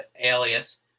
alias